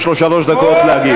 יש לו שלוש דקות להגיב.